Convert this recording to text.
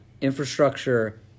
Infrastructure